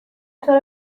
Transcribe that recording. طور